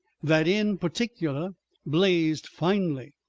that in particular blazed finely.